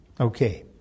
Okay